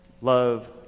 love